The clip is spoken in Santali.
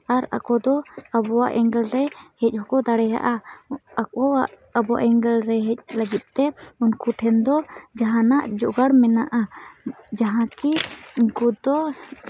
ᱟᱨ ᱟᱠᱚ ᱫᱚ ᱟᱵᱚᱣᱟᱜ ᱮᱸᱜᱮᱞ ᱨᱮ ᱦᱮᱡ ᱦᱚᱸᱠᱚ ᱫᱟᱲᱮᱭᱟᱜᱼᱟ ᱟᱠᱚᱣᱟᱜ ᱟᱵᱚ ᱮᱸᱜᱮᱞ ᱨᱮ ᱦᱮᱡ ᱞᱟᱹᱜᱤᱫ ᱛᱮ ᱩᱱᱠᱩ ᱴᱷᱮᱱ ᱫᱚ ᱡᱟᱦᱟᱱᱟᱜ ᱡᱳᱜᱟᱲ ᱢᱮᱱᱟᱜᱼᱟ ᱡᱟᱦᱟᱸ ᱠᱤ ᱩᱱᱠᱩ ᱫᱚ